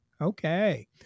Okay